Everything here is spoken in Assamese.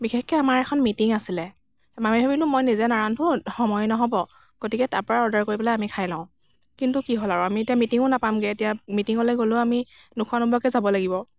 বিশেষকৈ আমাৰ এখন মিটিং আছিলে আমি ভাবিলোঁ মই নিজে নাৰান্ধো সময় নহ'ব গতিকে তাৰপৰা অৰ্ডাৰ কৰি পেলাই আমি খাই লওঁ কিন্তু কি হ'ল আৰু আমি এতিয়া মিটিঙো নাপামগৈ এতিয়া মিটিঙলৈ গ'লেও আমি নোখোৱা নোবোৱাকৈ যাব লাগিব